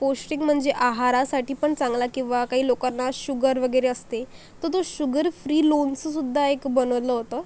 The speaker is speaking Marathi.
पौष्टिक म्हणजे आहारासाठीपण चांगला किंवा काही लोकांना शुगर वगैरे असते तर तो शुगर फ्री लोणचंसुद्धा एक बनोलं होतं